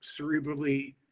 cerebrally